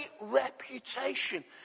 reputation